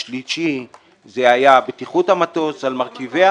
השלישי היה בטיחות המטוס על מרכיביה